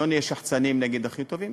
לא נהיה שחצנים, נגיד: הכי טובים.